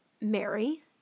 Mary